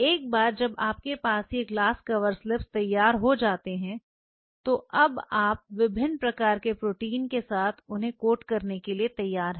एक बार जब आपके पास ये ग्लास कवर स्लिप तैयार हो जाते हैं तो अब आप विभिन्न प्रकार के प्रोटीन के साथ उन्हें कोट करने के लिए तैयार है